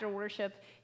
worship